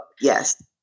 Yes